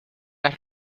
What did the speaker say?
las